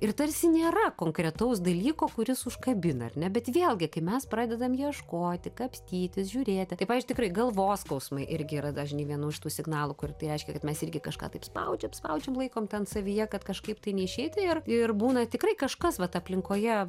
ir tarsi nėra konkretaus dalyko kuris užkabina ar ne bet vėlgi kai mes pradedam ieškoti kapstytis žiūrėti tai pavyzdžiui tikrai galvos skausmai irgi yra dažni vienų iš tų signalų kur tai reiškia kad mes irgi kažką taip spaudžiam spaudžiam laikom ten savyje kad kažkaip tai neišeiti ir ir būna tikrai kažkas vat aplinkoje